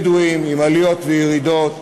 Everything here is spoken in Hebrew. בדואים, עם עליות וירידות.